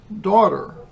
daughter